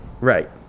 Right